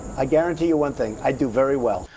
ah guarantee you one thing, i'd do very well.